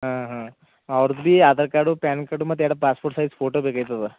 ಹಾಂ ಹಾಂ ಅವ್ರ್ದ್ ಬಿ ಆಧಾರ್ ಕಾರ್ಡು ಪ್ಯಾನ್ ಕಾರ್ಡು ಮತ್ತು ಎರಡು ಪಾಸ್ಪೋರ್ಟ್ ಸೈಝ್ ಫೋಟೊ ಬೇಕಾಯ್ತದ